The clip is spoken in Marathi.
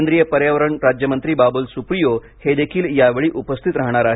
केंद्रीय पर्यावरण राज्यमंत्री बाबुल सुप्रियो हे देखील यावेळी उपस्थित राहणार आहेत